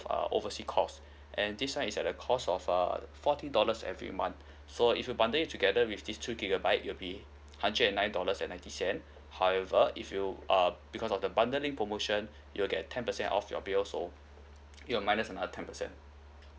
err overseas calls and this [one] is at a cost of uh forty dollars every month so if you bundle it together with these two gigabyte it will be hundred and nine dollars and ninety cent however if you uh because of the bundling promotion you'll get ten percent off your bill so it'll minus another ten percent